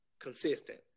consistent